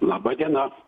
laba diena